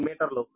015 మీటర్లు